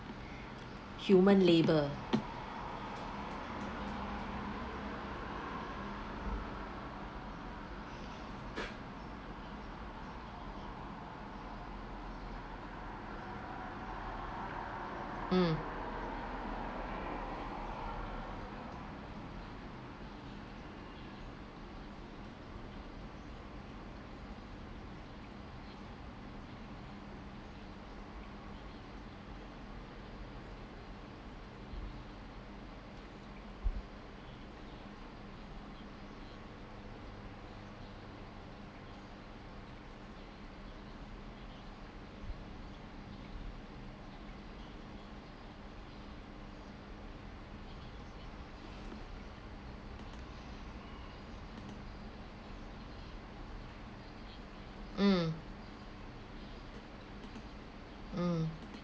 human labour mm mm mm